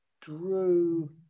drew